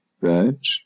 right